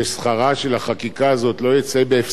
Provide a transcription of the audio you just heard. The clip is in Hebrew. אני הצעתי לחבר הכנסת עמיר פרץ ששכרה של החקיקה הזאת לא יצא בהפסדה,